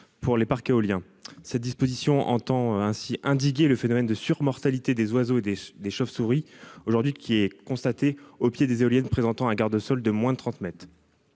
pour les parcs éoliens cette disposition entend ainsi indiqué le phénomène de surmortalité des oiseaux et des des chauves-souris aujourd'hui qui est constaté au pied des éoliennes présentant un quart de sol de moins de 30 mètres